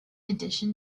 addition